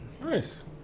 Nice